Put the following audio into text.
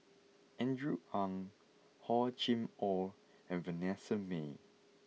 Andrew Ang Hor Chim Or and Vanessa Mae